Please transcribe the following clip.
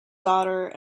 daughter